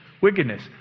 wickedness